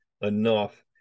enough